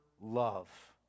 love